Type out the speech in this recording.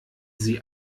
sie